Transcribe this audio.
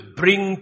bring